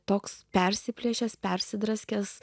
toks persiplėšęs persidraskęs